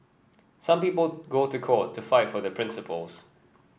some people go to court to fight for their principles